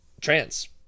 trans